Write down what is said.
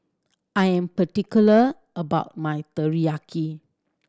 I am particular about my Teriyaki